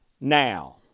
now